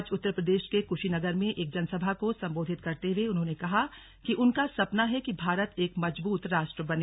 आज उत्तर प्रदेश के कुशीनगर में एक जनसभा को संबोधित करते हुए उन्होंने कहा कि उनका सपना है कि भारत एक मजबूत राष्ट्र बने